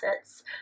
assets